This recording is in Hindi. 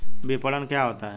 विपणन क्या होता है?